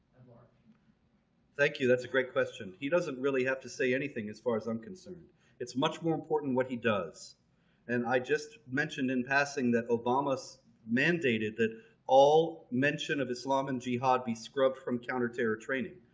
thank you. that's a great question. he doesn't really have to say anything as far as i'm concerned it's much more important what he does and i just mentioned in passing that obama's mandated that all mention of islam and jihad be scrubbed from counter-terror training.